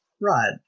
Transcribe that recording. Right